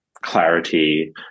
clarity